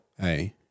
Hey